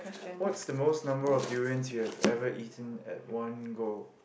what's the most number of durians you've ever eaten at one go